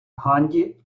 ганді